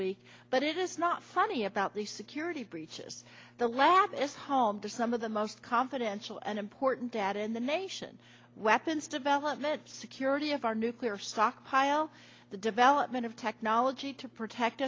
week but it is not funny about the security breaches the lab is home to some of the most confidential and important data in the nation weapons development security of our nuclear stockpile the development of technology to protect